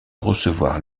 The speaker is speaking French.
recevoir